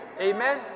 amen